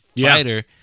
fighter